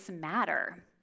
matter